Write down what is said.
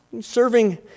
serving